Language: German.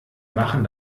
machen